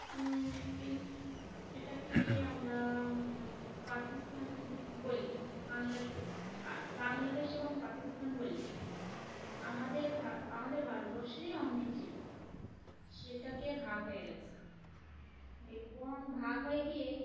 যেটাকে আমরা পাকিস্তান বলি বাংলাদ বাংলাদেশ এবং পাকিস্তান বলি আমাদের আমাদের ভারতবর্ষেরই অংশ ছিল সেটাকে ভাগ হয়ে গেছে এবং ভাগ হয়ে গিয়ে